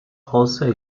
also